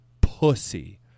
pussy